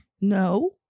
No